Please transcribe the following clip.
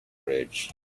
bridge